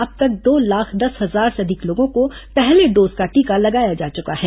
अब तक दो लाख दस हजार से अधिक लोगों को पहले डोज का टीका लगाया जा चुका है